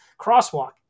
crosswalk